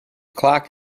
clock